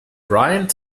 bryant